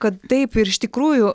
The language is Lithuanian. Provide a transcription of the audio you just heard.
kad taip ir iš tikrųjų